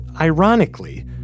ironically